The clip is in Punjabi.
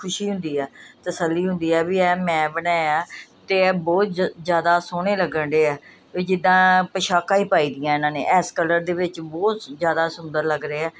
ਖੁਸ਼ੀ ਹੁੰਦੀ ਆ ਤਸੱਲੀ ਹੁੰਦੀ ਐ ਵੀ ਐਹ ਮੈਂ ਬਣਾਇਆ ਤੇ ਬਹੁਤ ਜਿਆਦਾ ਸੋਹਣੇ ਲੱਗਣੇ ਆ ਬਈ ਜਿੱਦਾਂ ਪਿਸ਼ਾਕਾ ਹੀ ਪਾਈ ਦੀਆਂ ਇਹਨਾਂ ਨੇ ਇਸ ਕਲਰ ਦੇ ਵਿੱਚ ਬਹੁਤ ਜਿਆਦਾ ਸੁੰਦਰ ਲੱਗ ਰਹੇ ਆ